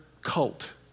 cult